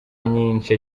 myinshi